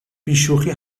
بیشوخی